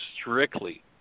strictly